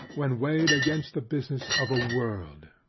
when weighed against the business of a world.